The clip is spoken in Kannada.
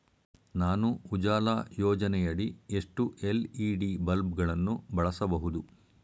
ನಾನು ಉಜಾಲ ಯೋಜನೆಯಡಿ ಎಷ್ಟು ಎಲ್.ಇ.ಡಿ ಬಲ್ಬ್ ಗಳನ್ನು ಬಳಸಬಹುದು?